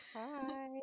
Hi